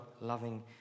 loving